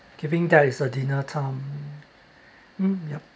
giving that is a dinner time mm yup